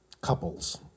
couples